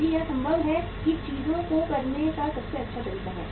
यदि यह संभव है कि चीजों को करने का सबसे अच्छा तरीका है